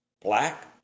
Black